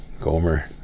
Gomer